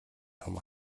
том